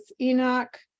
Enoch